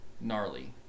gnarly